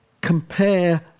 compare